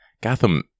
Gotham